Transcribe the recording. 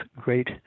great